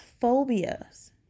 phobias